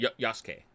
Yasuke